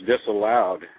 disallowed